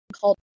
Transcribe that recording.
called